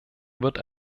wird